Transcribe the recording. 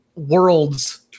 world's